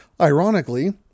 Ironically